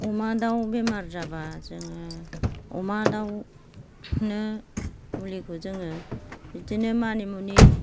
अमा दाव बेमार जाबा जोङो अमा दावनो मुलिखौ जोङो बिदिनो मानि मुनि